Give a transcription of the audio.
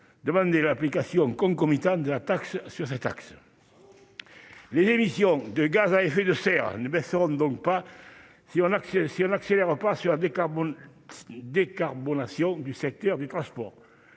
demandait l'application concomitante de la taxe sur cet axe. Bravo ! Les émissions de gaz à effet de serre ne baisseront donc pas si l'on n'accélère pas la décarbonation du secteur des transports.